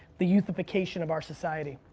the youth-ification of our society.